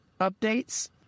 updates